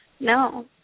No